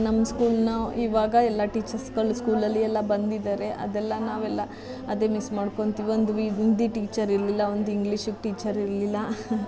ನಮ್ಮ ಸ್ಕೂಲನ್ನ ಇವಾಗ ಎಲ್ಲ ಟೀಚರ್ಸುಗಳು ಸ್ಕೂಲಲ್ಲಿ ಎಲ್ಲ ಬಂದಿದ್ದಾರೆ ಅದೆಲ್ಲ ನಾವೆಲ್ಲ ಅದು ಮಿಸ್ ಮಾಡ್ಕೊತೀವಿ ಒಂದು ವಿ ಹಿಂದಿ ಟೀಚರಿರಲಿಲ್ಲ ಒಂದು ಇಂಗ್ಲಿಷಿಗೆ ಟೀಚರ್ ಇರಲಿಲ್ಲ